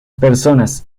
personas